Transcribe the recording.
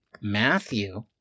Matthew